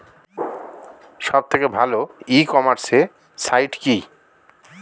সব থেকে ভালো ই কমার্সে সাইট কী?